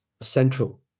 central